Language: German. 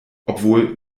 obwohl